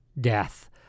death